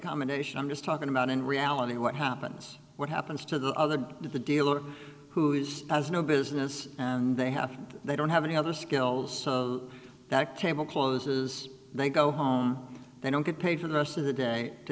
combination i'm just talking about in reality what happens what happens to the other to the dealer who is has no business and they have they don't have any other skills that table closes they go home they don't get paid for the rest of the day